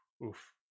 oof